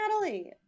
Natalie